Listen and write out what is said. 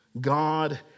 God